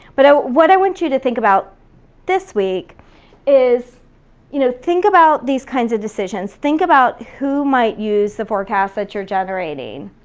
but ah what i want you to think about this week is you know think about these kinds of decisions. think about who might use the forecast that you're generating.